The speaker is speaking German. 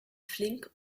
flink